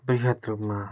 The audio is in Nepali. बृहत् रूपमा